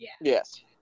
Yes